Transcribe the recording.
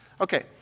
Okay